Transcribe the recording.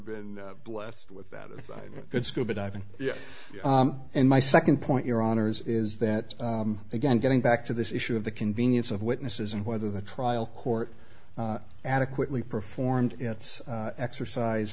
been blessed with that good scuba diving yet and my second point your honour's is that again getting back to this issue of the convenience of witnesses and whether the trial court adequately performed its exercise